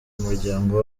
umuryango